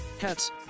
hats